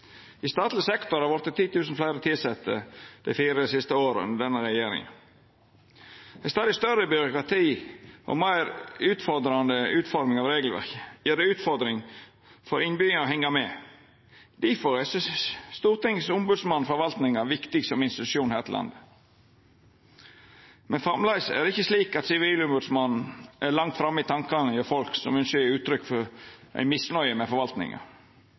I statleg sektor har det vorte 10 000 fleire tilsette dei fire siste åra under denne regjeringa. Med stadig større byråkrati og meir utfordrande utforming av regelverket er det ei utfordring for innbyggjarane å hengja med. Difor er Stortingets ombodsmann for forvaltninga viktig som institusjon her i landet. Men enno er det ikkje slik at Sivilombodsmannen er langt framme i tankane hjå folk som ynskjer å gje uttrykk for misnøye med forvaltninga.